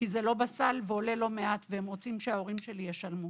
כי זה לא בסל ועולה לא מעט והם רוצים שההורים שלי ישלמו.